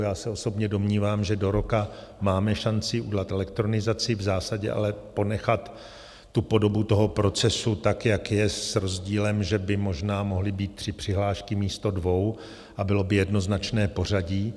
Já se osobně domnívám, že do roka máme šanci udělat elektronizaci, v zásadě ale ponechat podobu toho procesu, jak je, s rozdílem, že by možná mohly být tři přihlášky místo dvou a bylo by jednoznačné pořadí.